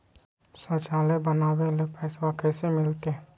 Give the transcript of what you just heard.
शौचालय बनावे ले पैसबा कैसे मिलते?